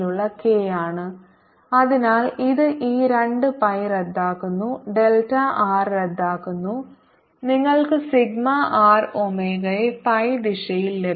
2A 0JJ K σ2πr rr 2π σrω 2Ax 0Jx 2Ay 0Jy Az0 അതിനാൽ ഇത് ഈ 2 pi റദ്ദാക്കുന്നു ഡെൽറ്റ ആർ റദ്ദാക്കുന്നു നിങ്ങൾക്ക് സിഗ്മ ആർ ഒമേഗയെ ഫൈ ദിശയിൽ ലഭിക്കും